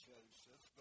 Joseph